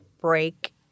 break-